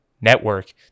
network